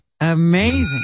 Amazing